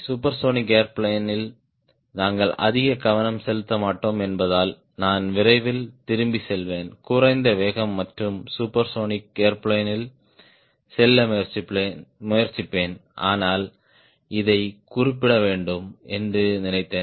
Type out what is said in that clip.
supersonic airplane ல் நாங்கள் அதிக கவனம் செலுத்த மாட்டோம் என்பதால் நான் விரைவில் திரும்பிச் செல்வேன் குறைந்த வேகம் மற்றும் சூப்பர்சோனிக் ஏர்பிளேன் ல் செல்ல முயற்சிப்பேன் ஆனால் இதைக் குறிப்பிட வேண்டும் என்று நினைத்தேன்